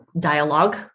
dialogue